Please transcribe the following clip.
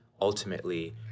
ultimately